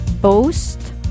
boast